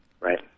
Right